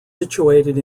situated